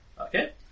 Okay